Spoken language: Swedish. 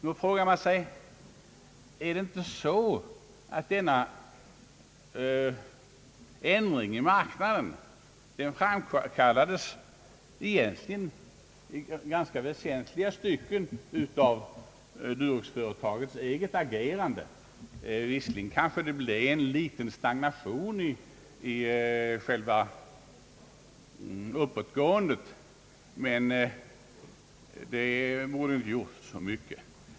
Man frågar sig om inte denna ogynnsamma förändring av marknaden egentligen i ganska väsentliga stycken framkallades av Duroxföretagets eget agerande. Visserligen kanske det blev en liten stagnation i själva marknadsuppgången, men det borde inte ha betytt så mycket.